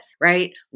right